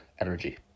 energy